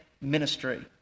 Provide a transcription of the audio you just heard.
ministry